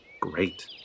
Great